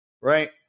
right